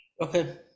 Okay